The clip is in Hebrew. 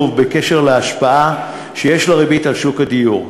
בקשר להשפעה שיש לריבית על שוק הדיור.